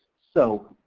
so,